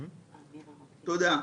תודה.